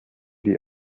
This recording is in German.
die